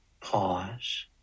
pause